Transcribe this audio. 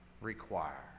require